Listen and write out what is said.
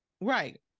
Right